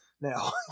now